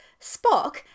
Spock